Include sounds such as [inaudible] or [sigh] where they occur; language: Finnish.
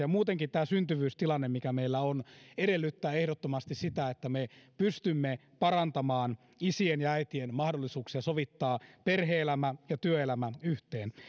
[unintelligible] ja muutenkin tämä syntyvyystilanne mikä meillä on edellyttää ehdottomasti sitä että me pystymme parantamaan isien ja äitien mahdollisuuksia sovittaa perhe elämä ja työelämä yhteen